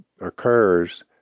occurs